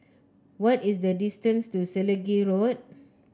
what is the distance to Selegie Road